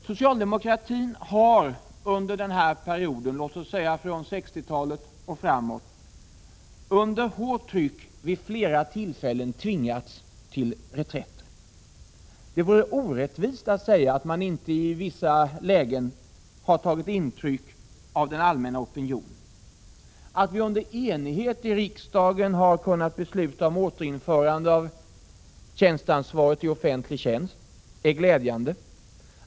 Socialdemokratin har under denna period — låt oss säga från 1960-talet och framåt — under hårt tryck vid flera tillfällen tvingats till reträtter. Det vore orättvist att säga att man i vissa lägen inte har tagit intryck av den allmänna opinionen. Att vi under enighet i riksdagen har kunnat besluta om återinförande av tjänsteansvaret i offentlig tjänst är glädjande.